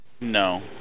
No